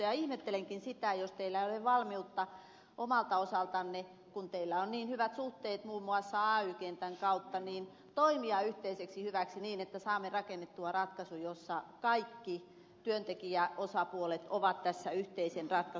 ja toivonkin sitä että jos teillä itsellänne ei ole valmiutta omalta osaltanne ratkaista työurien pidentämisasiaa niin käytätte hyviä suhteitanne muun muassa ay kenttään ja toimitte yhteiseksi hyväksi niin että saamme rakennettua ratkaisun jossa kaikki työntekijäosapuolet ovat yhteisen ratkaisun takana